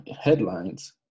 headlines